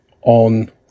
on